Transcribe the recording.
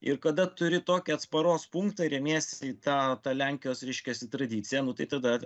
ir kada turi tokį atsparos punktą ir remies į tą tą lenkijos reiškiasi tradiciją tai tada